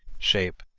shape,